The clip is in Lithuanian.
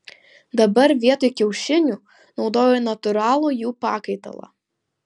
dabar vietoj kiaušinių naudoju natūralų jų pakaitalą